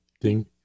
ding